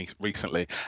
recently